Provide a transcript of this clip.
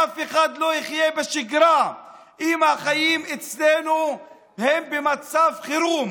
אף אחד לא יחיה בשגרה אם החיים אצלנו הם במצב חירום.